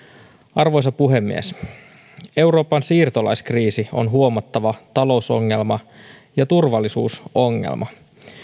arvoisa puhemies euroopan siirtolaiskriisi on huomattava talousongelma ja turvallisuusongelma